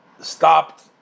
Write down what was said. stopped